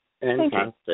Fantastic